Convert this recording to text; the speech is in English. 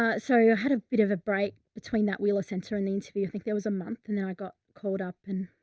ah, so i had a bit of a break between that wheeler center in the interview. i think there was a month, and then i got caught up and,